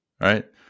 right